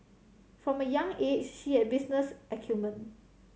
from a young age she had business acumen